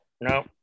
No